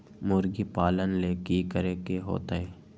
मुर्गी पालन ले कि करे के होतै?